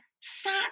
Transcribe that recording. sat